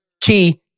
Key